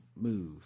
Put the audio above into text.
move